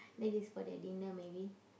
that is for their dinner maybe